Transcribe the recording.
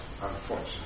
unfortunately